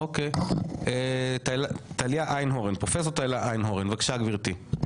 אוקי, פרופסור טליה איינהורן, בבקשה גברתי.